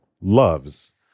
Loves